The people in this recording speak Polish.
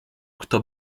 kto